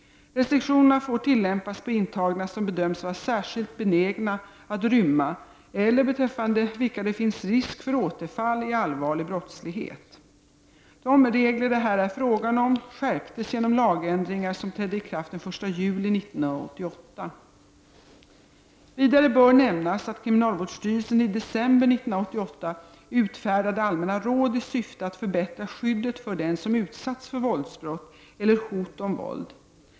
Restriktionerna får tillämpas på intagna som bedöms vara särskilt benägna att rymma eller beträffande vilka det finns risk för återfall i allvarlig brottslighet. De regler det här är fråga om skärptes genom lagändringar som trädde i kraft den 1 juli 1988. Vidare bör nämnas att kriminalvårdsstyrelsen i december 1988 utfärdade allmänna råd i syfte att förbättra skyddet för den som utsatts för våldsbrott eller hot om våld.